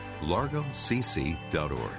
largocc.org